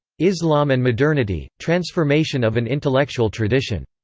islam and modernity transformation of an intellectual tradition.